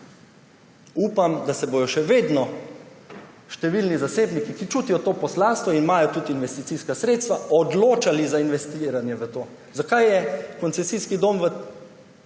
Upam, da se bodo še vedno številni zasebniki, ki čutijo to poslanstvo in imajo tudi investicijska sredstva, odločali za investiranje v to. Zakaj je koncesijski dom v